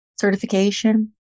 certification